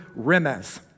remes